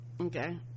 okay